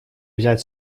взять